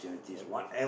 okay